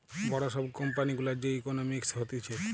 বড় সব কোম্পানি গুলার যে ইকোনোমিক্স হতিছে